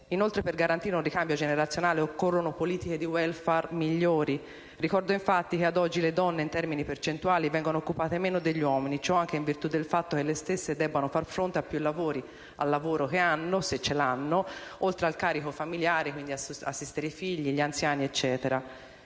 Inoltre, per garantire un ricambio generazionale occorrono politiche di *welfare* migliori. Ricordo, infatti, che ad oggi le donne, in termini percentuali, vengono occupate meno degli uomini, anche in virtù del fatto che le stesse debbono far fronte a più lavori: al lavoro che svolgono, se ce l'hanno, oltre al carico familiare (cura dei figli e assistenza